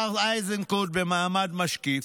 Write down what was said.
השר איזנקוט במעמד משקיף,